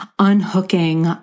unhooking